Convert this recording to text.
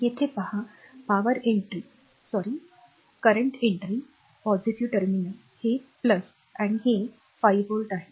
येथे पहा power entry sorry current entry positive terminal हे आणि हे 5 व्होल्ट आहे